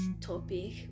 topic